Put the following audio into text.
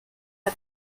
are